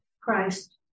Christ